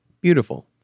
Beautiful